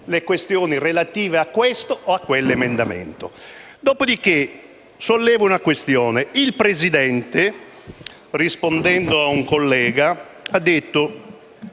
sulle questioni relative a questo o quell'emendamento. Dopodiché sollevo una questione. Il Presidente, rispondendo ad un collega, ha detto